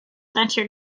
ventured